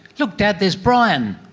look dad, there's brian.